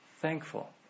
Thankful